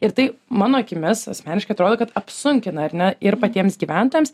ir tai mano akimis asmeniškai atrodo kad apsunkina ar ne ir patiems gyventojams